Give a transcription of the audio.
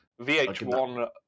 VH1